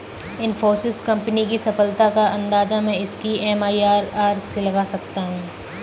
Infosys company की सफलता का अंदाजा मैं इसकी एम.आई.आर.आर से लगा सकता हूँ